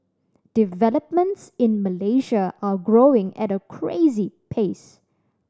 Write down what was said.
developments in Malaysia are growing at a crazy pace